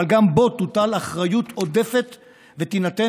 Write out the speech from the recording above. אבל גם בו תוטל אחריות עודפת ותינתן